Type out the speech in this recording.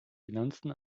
finanzen